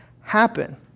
happen